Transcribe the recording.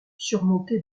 surmonté